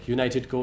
United